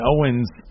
Owens